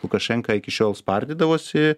lukašenka iki šiol spardydavosi